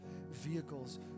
vehicles